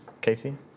Katie